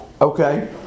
Okay